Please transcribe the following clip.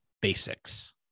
basics